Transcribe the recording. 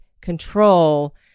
control